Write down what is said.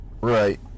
Right